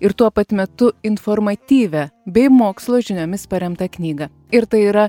ir tuo pat metu informatyvią bei mokslo žiniomis paremtą knygą ir tai yra